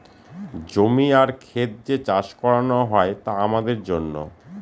জমি আর খেত যে চাষ করানো হয় তা আমাদের জন্য